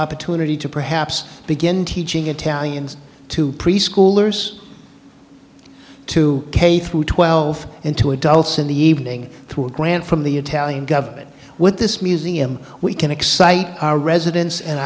opportunity to perhaps begin teaching italians to preschoolers to k through twelve into adults in the evening through a grant from the italian government with this museum we can excite our residents and